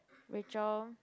Rachel